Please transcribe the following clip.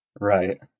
Right